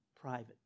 private